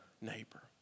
neighbor